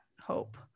hope